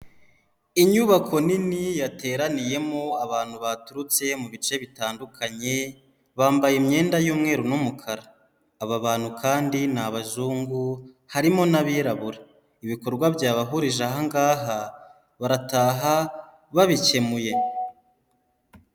Inyubako nini yateraniyemo abantu baturutse mu bice bitandukanye, bambaye imyenda y'umweru n'umukara, aba bantu kandi ni abazungu harimo n'abirabura, ibikorwa byabahurije aha ngaha barataha babikemuye.